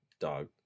dog